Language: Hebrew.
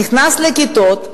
נכנס לכיתות,